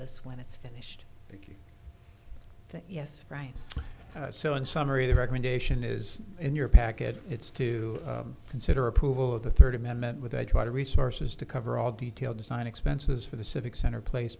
this when it's finished yes right so in summary the recommendation is in your package it's to consider approval of the third amendment with a try to resources to cover all detail design expenses for the civic center place